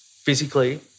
physically